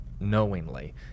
knowingly